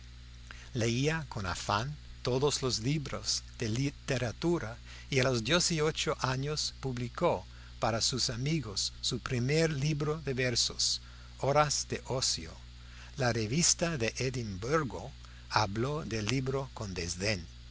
leía con afán todos los libros de literatura y a los dieciocho años publicó para sus amigos su primer libro de versos horas de ocio la revista de edimburgo habló del libro con desdén